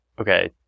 okay